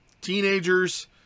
teenagers